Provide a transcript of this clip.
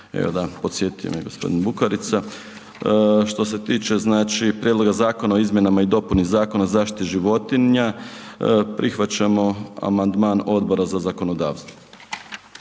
E, da, podsjetio me g. Bukarica. Što se tiče, znači Prijedloga zakona o izmjenama i dopunama Zakona o zaštiti životinja, prihvaćamo amandman Odbora za zakonodavstvo.